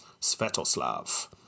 Svetoslav